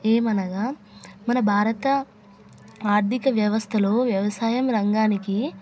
ఏమనగా మన భారత ఆర్థిక వ్యవస్థలో వ్యవసాయ రంగానికి